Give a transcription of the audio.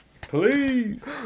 please